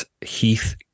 Heath